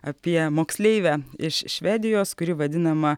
apie moksleivę iš švedijos kuri vadinama